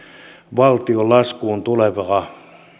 valtion laskuun tulevasta